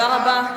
תודה רבה.